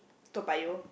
Toa-Payoh